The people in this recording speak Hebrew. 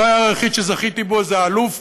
התואר היחיד שזכיתי בו זה אלוף